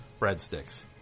breadsticks